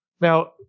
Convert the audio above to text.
Now